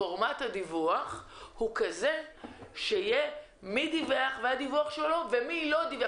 פורמט הדיווח הוא כזה שיהיה מי דיווח והדיווח שלו ומי לא דיווח.